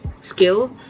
skill